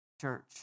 church